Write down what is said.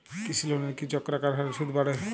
কৃষি লোনের কি চক্রাকার হারে সুদ বাড়ে?